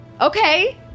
okay